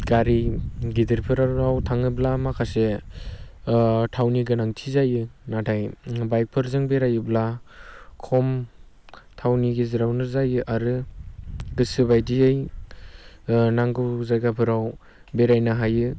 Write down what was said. गारि गिदिरफोराव थाङोब्ला माखासे थावनि गोनांथि जायो नाथाय बाइकफोरजों बेरायोब्ला खम थावनि गेजेरावनो जायो आरो गोसो बायदियै नांगौ जायगाफोराव बेरायनो हायो